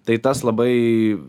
tai tas labai